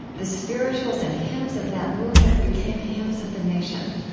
the spirituals and hymns of that movement became hymns of the nation.